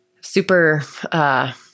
super –